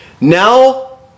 now